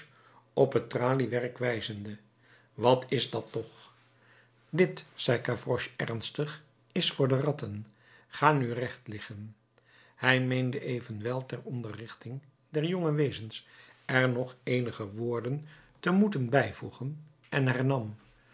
op het traliewerk wijzende wat is dat toch dit zei gavroche ernstig is voor de ratten ga nu recht liggen hij meende evenwel ter onderrichting der jonge wezens er nog eenige woorden te moeten bijvoegen en hernam